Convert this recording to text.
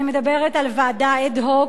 אני מדברת על ועדה אד-הוק,